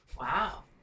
Wow